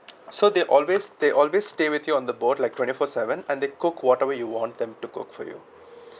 so they always they always stay with you on the boat like twenty four seven and they cook whatever you want them to cook for you